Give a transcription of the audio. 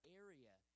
area